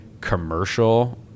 commercial